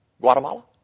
Guatemala